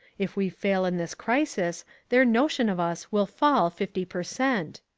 if we fail in this crisis their notion of us will fall fifty per cent.